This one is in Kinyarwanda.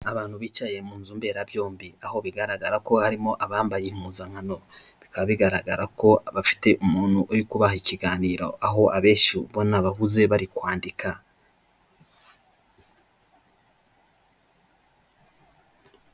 Abantu bicaye mu nzu mberabyombi aho bigaragara ko harimo abambaye impuzankano, bikaba bigaragara ko bafite umuntu uri kubaha ikiganiro aho abenshi ubona bahuze bari kwandika.